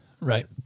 right